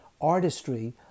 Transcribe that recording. artistry